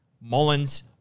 Mullins